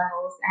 levels